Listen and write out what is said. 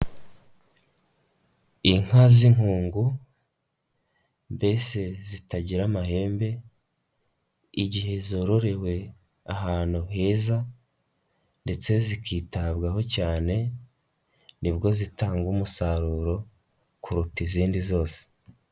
Inka z'inkungu mbese zitagira amahembe, igihe zororewe ahantu heza ndetse zikitabwaho cyane, nibwo zitanga umusaruro kuruta izindi zose.